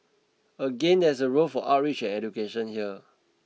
again there is a role for outreach and education here